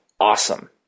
awesome